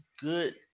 good